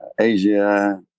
Asia